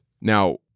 Now